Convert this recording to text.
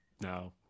No